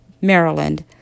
Maryland